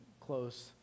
close